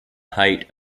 height